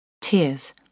Tears